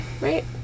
right